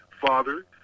father